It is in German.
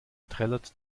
trällert